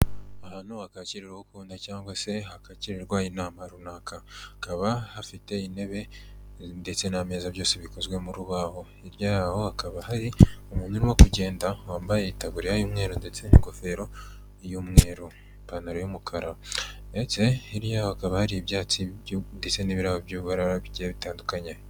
Ahantu hakwakiriwa uwo ukunda cyangwa se hakakirirwa inama runaka, hakaba hafite intebe ndetse n'ameza byose bikozwe mu rubaho, hirya yaho hakaba hari umuntu urimo kugenda wambaye itaburiya y'umweru ndetse n'ingofero y'umweru ipantaro y'umukara ndetse hirya hakaba hari ibyatsi n'uburabyo bigiye bitandukanye.